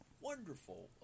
wonderful